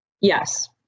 yes